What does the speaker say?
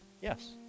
Yes